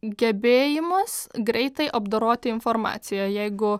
gebėjimas greitai apdoroti informaciją jeigu